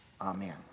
Amen